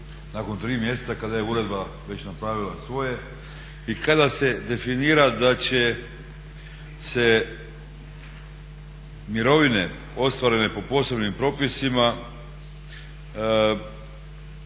nakon 3 mjeseca kada je uredba već napravila svoje i kada se definira da će se mirovine ostvarene po posebnim propisima